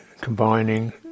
combining